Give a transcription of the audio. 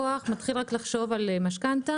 לקוח מתחיל לחשוב על משכנתא